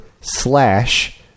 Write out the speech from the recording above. slash